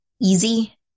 easy